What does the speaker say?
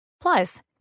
Plus